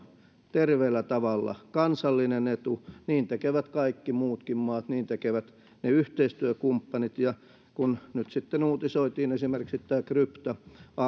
terveellä tavalla kansallinen etu niin tekevät kaikki muutkin maat niin tekevät ne yhteistyökumppanit kun nyt sitten uutisoitiin esimerkiksi tämä crypto